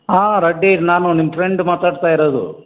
ಹಾಂ ರಡ್ಡೀರ್ ನಾನು ನಿಮ್ಮ ಫ್ರೆಂಡ್ ಮಾತಾಡ್ತಾ ಇರೋದು